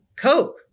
cope